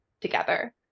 together